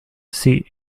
see